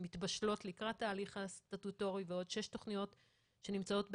"מתבשלות" לקראת ההליך הסטטוטורי ועוד שש תכניות שנמצאות בהתנעה,